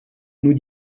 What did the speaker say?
nous